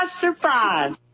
surprise